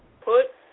Put